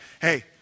hey